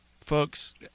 folks